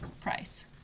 price